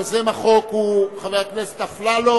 יוזם החוק הוא חבר הכנסת אפללו.